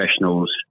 professionals